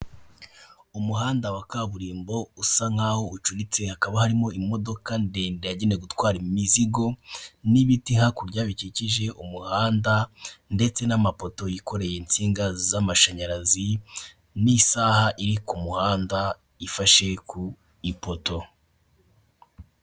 Umuhanda wa kaburimbo usa nkaho ucuritse hakaba harimo imodoka ndende yagenewe gutwara imizigo, n'ibiti hakurya bikikije umuhanda ndetse n'amapoto yikoreye insinga z'amashanyarazi n'isaha iri ku muhanda ifashe ku ipoto.